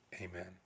Amen